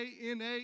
NA